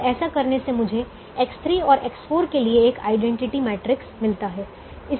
अब ऐसा करने से मुझे X3 और X4 के लिए एक आइडेंटिटी मैट्रिक्स मिलता है